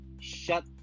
shut